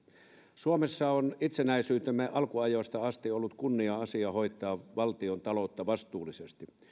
suomessa on itsenäisyytemme alkuajoista asti ollut kunnia asia hoitaa valtiontaloutta vastuullisesti